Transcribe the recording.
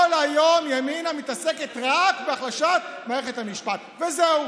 כל היום ימינה מתעסקת רק בהחלשת מערכת המשפט וזהו.